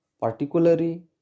particularly